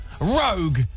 rogue